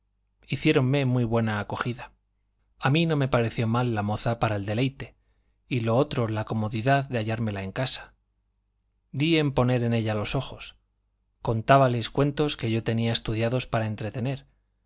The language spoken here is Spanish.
catalán hiciéronme muy buena acogida a mí no me pareció mal la moza para el deleite y lo otro la comodidad de hallármela en casa di en poner en ella los ojos contábales cuentos que yo tenía estudiados para entretener